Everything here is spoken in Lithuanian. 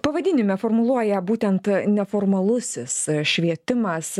pavadinime formuluoja būtent neformalusis švietimas